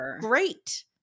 great